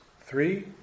three